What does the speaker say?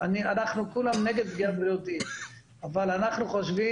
אנחנו כולם נגד פגיעה בריאותית אבל אנחנו חושבים